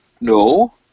no